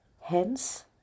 hence